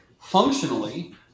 functionally